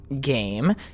game